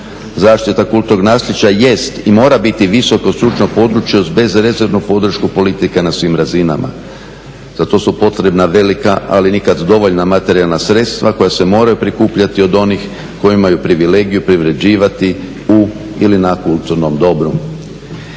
Zaštita kulturnog naslijeđa jest i mora biti visoko stručno područje uz bezrezervnu podršku politike na svim razinama. Za to su potrebna velika, ali nikad dovoljna materijalna sredstva koja se moraju prikupljati od onih koji imaju privilegiju privređivati u ili na kulturnom dobru.